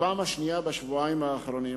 בפעם השנייה בשבועיים האחרונים,